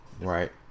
Right